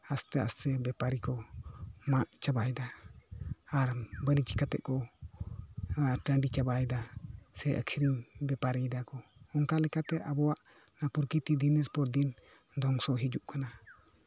ᱟᱥᱛᱮ ᱟᱥᱛᱮ ᱵᱮᱯᱟᱨᱤ ᱠᱚ ᱢᱟᱜ ᱪᱟᱵᱟᱭᱮᱫᱟ ᱟᱨ ᱵᱟᱱᱤᱡ ᱠᱟᱛᱮᱜ ᱠᱚ ᱴᱟᱺᱰᱤ ᱪᱟᱵᱟᱭᱮᱫᱟ ᱥᱮ ᱟᱠᱷᱨᱤᱧ ᱵᱮᱯᱟᱨᱤᱭ ᱫᱟᱠᱚ ᱚᱱᱠᱟ ᱞᱮᱠᱟᱛᱮ ᱟᱵᱚᱣᱟᱜ ᱯᱨᱚᱠᱤᱛᱤ ᱫᱤᱱᱮᱨ ᱯᱚᱨ ᱫᱤᱱ ᱫᱷᱚᱝᱥᱚ ᱦᱤᱡᱩᱜ ᱠᱟᱱᱟ